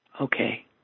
Okay